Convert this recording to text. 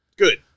Good